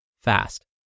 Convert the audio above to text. fast